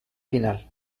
final